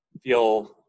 feel